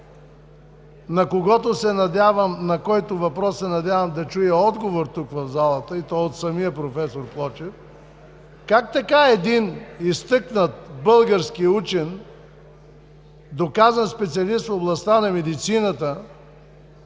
на който въпрос се надявам да чуя отговор тук, в залата, и то от самия проф. Плочев – как така един изтъкнат български учен, доказан специалист в областта на медицината